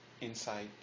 insight